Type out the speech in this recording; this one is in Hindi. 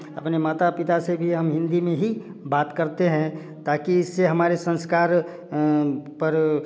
अपने माता पिता से भी हम हिंदी में ही बात करते हैं ताकि इससे हमारे संस्कार पर